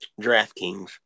DraftKings